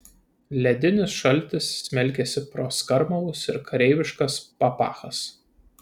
ledinis šaltis smelkėsi pro skarmalus ir kareiviškas papachas